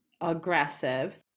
aggressive